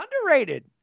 Underrated